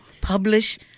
publish